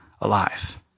alive